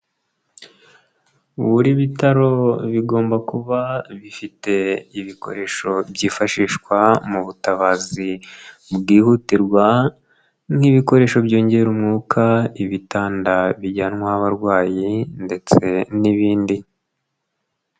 Buri bitaro bigomba kuba bifite ibikoresho byifashishwa mu butabazi bwihutirwa nk'ibikoresho byongera umwuka, ibitanda bijyanwaho abarwayi ndetse n'ibindi.